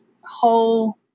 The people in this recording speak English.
whole